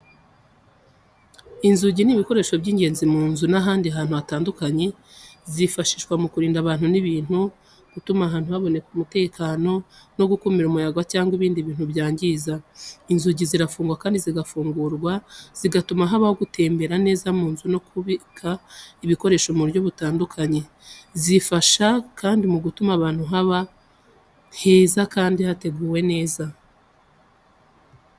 Inzugi ni ibikoresho by’ingenzi mu nzu n’ahandi hantu hatandukanye. Zifasha mu kurinda abantu n’ibintu, gutuma ahantu haboneka umutekano no gukumira umuyaga cyangwa ibindi bintu byangiza. Inzugi zirafunga kandi zigafungurwa, zigatuma habaho gutembera neza mu nzu no kubika ibikoresho mu buryo butekanye. Zifasha kandi mu gutuma ahantu haba heza kandi hateguwe neza.